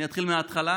אני אתחיל מהתחלה?